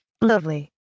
Lovely